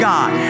God